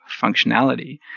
functionality